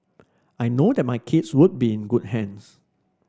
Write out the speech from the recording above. I know that my kids would be in good hands